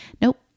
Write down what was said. Nope